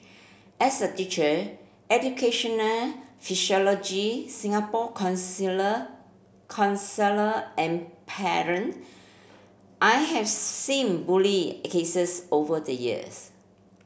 as a teacher educational Singapore counsellor and parent I have seen bully cases over the years